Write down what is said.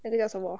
那个叫什么